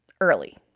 early